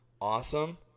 awesome